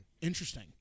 Interesting